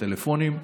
טלפונים.